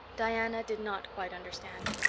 diana did not quite understand.